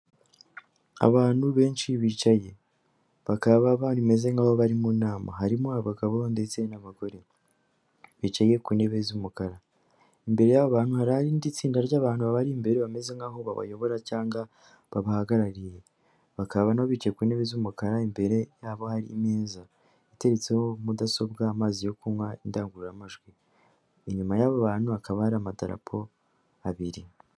Abantu benshi bicaye bakaba bameze nk'aho bari mu nama harimo abagabo ndetse n'abagore bicaye ku ntebe z'umukara imbere y'abantu haririndi tsinda ry'abantu babari imbere bameze nk'aho babayobora cyangwa babahagarariye bakababicaye ku ntebe z'umukara imbere yabo hari meza iteretseho mudasobwa amazi yo kunywa indangururamajwi inyuma y'abo bantu hakaba hari amadarapo abiri.